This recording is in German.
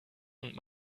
und